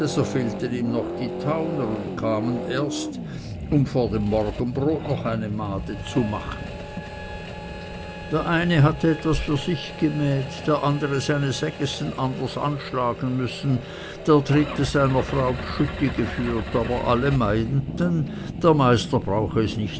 fehlten ihm noch die tauner und kamen erst um vor dem morgenbrot noch eine mahde zu mähen der eine hatte etwas für sich gemäht der andere seine segessen anders anschlagen müssen der dritte seiner frau bschütti geführt aber alle meinten der meister brauche es nicht